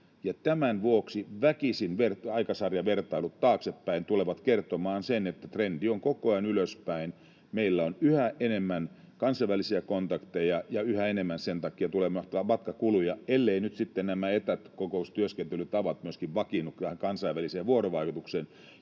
tämän vuoksi väkisin aikasarjavertailut taaksepäin tulevat kertomaan sen, että trendi on koko ajan ylöspäin. Meillä on yhä enemmän kansainvälisiä kontakteja ja yhä enemmän sen takia tulee matkakuluja, elleivät nyt sitten etäkokoustyöskentelytavat myöskin vakiinnu tähän kansainväliseen vuorovaikutukseen,